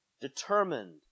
determined